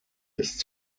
ist